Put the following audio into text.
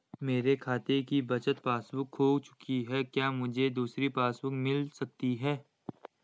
मेरे खाते की बचत पासबुक बुक खो चुकी है क्या मुझे दूसरी पासबुक बुक मिल सकती है?